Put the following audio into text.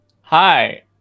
Hi